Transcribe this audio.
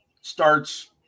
starts